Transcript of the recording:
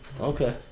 Okay